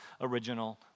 original